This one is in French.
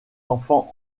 enfants